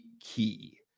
key